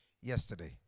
yesterday